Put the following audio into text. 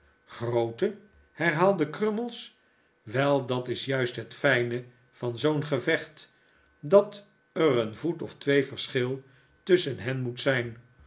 grootte herhaalde crummies wel dat is juist het fijne van zoo'n gevecht dat er een voet of twee verschil tusschen hen moet zijn